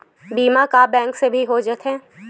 बीमा का बैंक से भी हो जाथे का?